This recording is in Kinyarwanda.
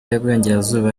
y’iburengerazuba